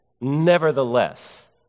nevertheless